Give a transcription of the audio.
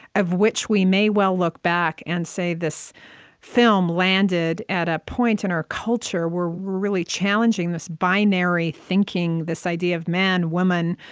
of which we may well look back and say, this film landed at a point in our culture where we're really challenging this binary thinking this idea of man woman,